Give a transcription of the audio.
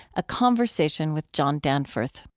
a conversation with john danforth